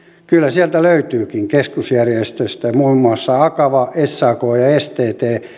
kyllä sieltä löytyykin keskusjärjestöjä muun muassa akava sak ja sttk